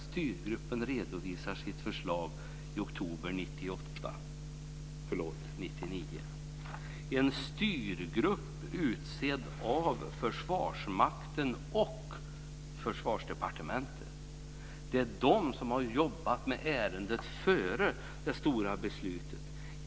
Styrgruppen redovisade sitt förslag i oktober 1999. Det var alltså en styrgrupp som var utsedd av Försvarsmakten och Försvarsdepartementet. Det är den som har jobbat med ärendet innan det stora beslutet.